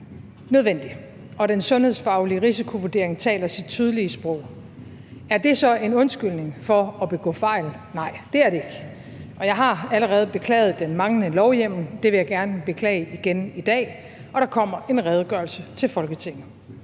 nødvendig, og den sundhedsfaglige risikovurdering taler sit tydelige sprog. Er det så en undskyldning for at begå fejl? Nej, det er det ikke. Jeg har allerede beklaget den manglende lovhjemmel, og det vil jeg gerne beklage igen i dag, og der kommer en redegørelse til Folketinget.